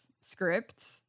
script